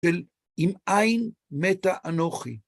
אם אין מתה אנוכי.